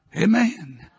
Amen